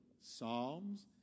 Psalms